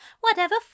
Whatever